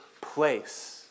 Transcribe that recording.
place